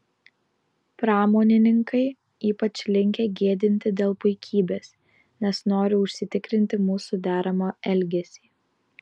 pramonininkai ypač linkę gėdinti dėl puikybės nes nori užsitikrinti mūsų deramą elgesį